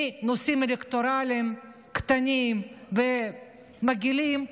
מנושאים אלקטורליים קטנים ומגעילים,